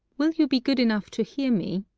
will you be good enough to hear me?